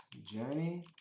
journey?